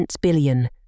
billion